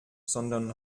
sondern